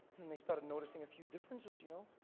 then they started noticing a few differences, you know.